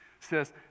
Says